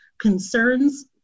concerns